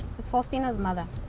was faustino's mother.